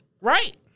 right